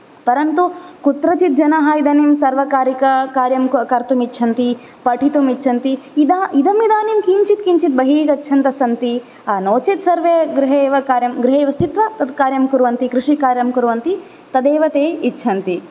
परन्तु कुत्रचित् जनाः इदानीं सर्वकारिककार्यं कर्तुम् इच्छन्ति पठितुम् इच्छन्ति इदा इदम् इदानीं किञ्चित् किञ्चित् बहिः गच्छन्तः सन्ति नो चेत् सर्वे गृहे एव कार्यं गृहे एव स्थित्वा तत् कार्यं कुर्वन्ति कृषिकार्यं कुर्वन्ति तदेव ते इच्छन्ति